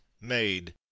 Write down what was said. made